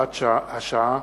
(הוראות השעה)